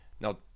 Now